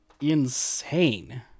insane